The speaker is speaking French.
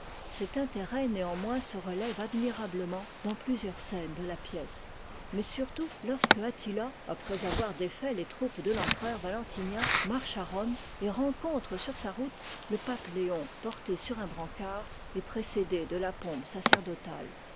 cet intérêt néanmoins se relève admirablement dans plusieurs scènes de la pièce mais surtout lorsque attila après avoir défait les troupes de l'empereur valentinien marche à rome et rencontre sur sa route le pape léon porté sur un brancard et précédé de la pompe sacerdotale